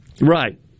right